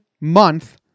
month